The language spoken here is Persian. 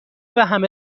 وهمه